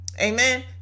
Amen